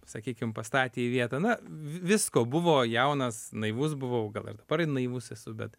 sakykim pastatė į vietą na visko buvo jaunas naivus buvau gal ir dabar naivus esu bet